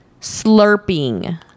slurping